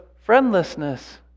friendlessness